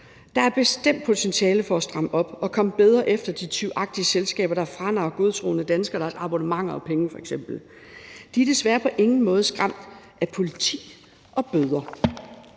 Der er bestemt potentiale for at stramme op og komme bedre efter de tyvagtige selskaber, der franarrer godtroende danskere deres abonnementer og penge f.eks. De er desværre på ingen måde skræmt af politi og bøder.